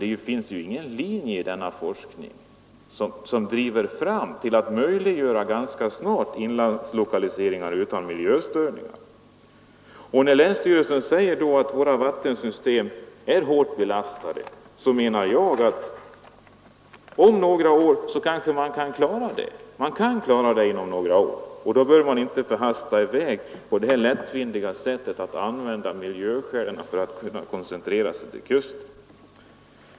Det finns ingen linje i denna forskning som skulle kunna leda till att man ganska snart skulle kunna lokalisera dessa industrier till inlandet utan miljöstörningar. Länsstyrelsen säger att våra vattensystem är hårt belastade, men jag vill peka på att man kanske kan klara dessa problem inom några år. Därför bör man inte hasta i väg på det lättvindiga sättet att man använder miljöskäl som argument för att koncentrera sig till kusten.